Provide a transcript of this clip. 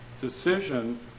decision